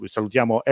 Salutiamo